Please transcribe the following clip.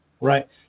Right